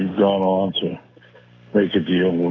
gone on to make a deal